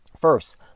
First